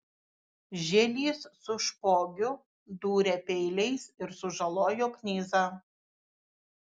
žielys su špogiu dūrė peiliais ir sužalojo knyzą